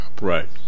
Right